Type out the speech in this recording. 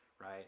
right